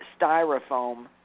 styrofoam